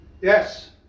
Yes